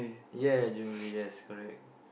yeah jewellery yes correct